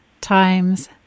times